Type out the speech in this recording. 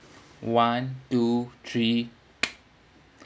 one two three